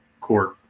court